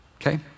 okay